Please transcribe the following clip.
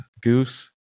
goose